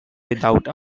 without